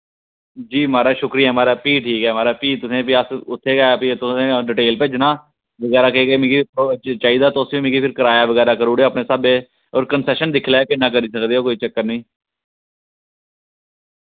जी माराज शुक्रिया माराज फ्ही ठीक ऐ माराज फ्ही तुसें फ्ही अस उत्थै गै फ्ही तुसें गै अ'ऊं डिटेल भेजना बगैरा केह् केह् मिकी चाहिदा तुस फ्ही मिकी कराया बगैरा करी ओड़ेओ अपने स्हाबै और कन्सेशन दिक्खी लैएओ किन्ना करी सकदे ओ कोई चक्कर नेईं